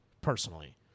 personally